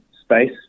space